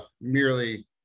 merely